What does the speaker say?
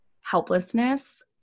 helplessness